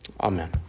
Amen